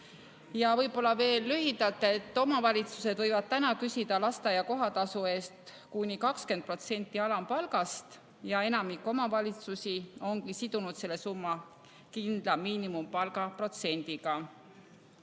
Võib-olla veel lühidalt ütlen, et omavalitsused võivad praegu küsida lasteaia kohatasu eest kuni 20% alampalgast ja enamik omavalitsusi ongi sidunud selle summa kindla miinimumpalga protsendiga.